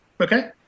Okay